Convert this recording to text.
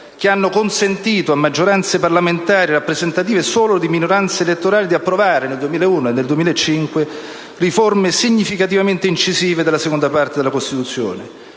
che hanno consentito a maggioranze parlamentari rappresentative solo di minoranze elettorali di approvare, nel 2001 e nel 2005, riforme significativamente incisive della seconda Parte II della Costituzione,